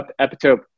epitope